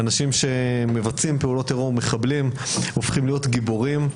מחבלים שמבצעים פעולות טרור הופכים להיות גיבורים,